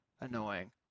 annoying